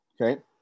okay